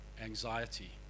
anxiety